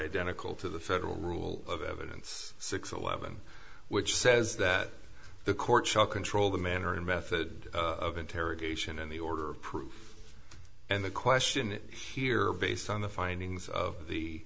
identical to the federal rule of evidence six eleven which says that the court shot control the manner in method of interrogation and the order of proof and the question it here based on the findings of